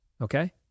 Okay